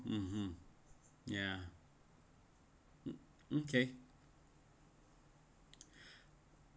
mmhmm ya okay